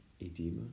edema